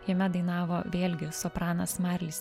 jame dainavo vėlgi sopranas marlis